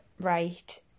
Right